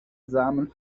samen